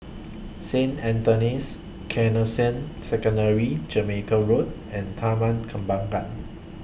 Saint Anthony's Canossian Secondary Jamaica Road and Taman Kembangan